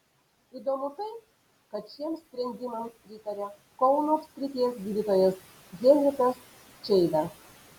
įdomu tai kad šiems sprendimams pritaria kauno apskrities gydytojas henrikas čeida